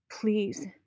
Please